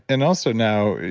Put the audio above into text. and also now,